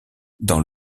dans